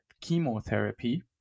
chemotherapy